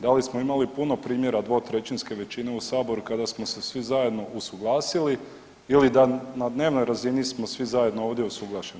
Da li smo imali puno primjera dvotrećinske većine u Saboru kada smo se svi zajedno usuglasili ili da na dnevnoj razini smo svi zajedno ovdje usuglašeni.